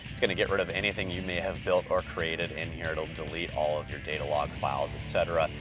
it's gonna get rid of anything you may have built or created in here, it'll delete all of your data log files, etc.